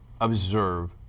observe